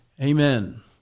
Amen